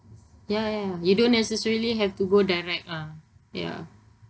ya ya you don't necessarily have to go direct uh ya